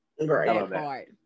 Right